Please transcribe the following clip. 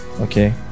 Okay